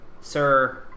Sir